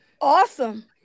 Awesome